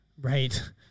Right